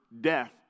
death